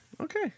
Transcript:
Okay